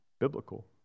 biblical